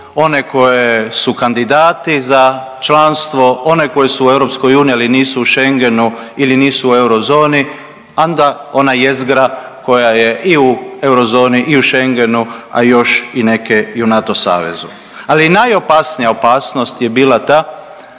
one koji su kandidati za članstvo, one koje su u EU, ali nisu u Schengenu ili nisu u eurozoni, onda ona jezgra koja je i u eurozoni i u Schengenu, a još i neke u NATO savezu. Ali najopasnija opasnost je bila ta